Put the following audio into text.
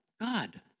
God